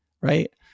right